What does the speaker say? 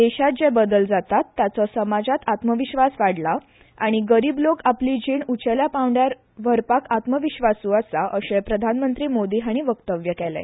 देशांत जे बदल जातात ताचो समाजांत आत्मविस्वास वाडला आनी गरीब लोक आपली जीण उंचेल्या पांवड्यार व्हरपाक आत्मविस्वासू आसा अशें प्रधानमंत्री मोदी हांणी उलोवप केर्ले